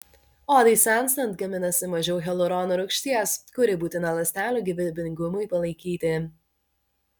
odai senstant gaminasi mažiau hialurono rūgšties kuri būtina ląstelių gyvybingumui palaikyti